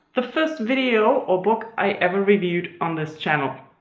the first video or book i ever reviewed on this channel.